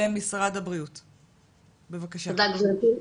תודה גבירתי.